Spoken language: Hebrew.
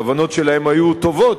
הכוונות שלהם היו טובות,